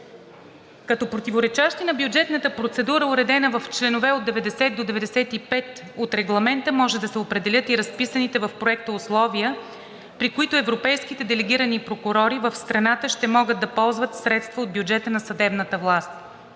Като противоречащи на бюджетната процедура, уредена в членове от 90 до 95 от Регламента, може да се определят и разписаните в Проекта условия, при които европейските делегирани прокурори в страната ще могат да ползват средства от бюджета на съдебната власт.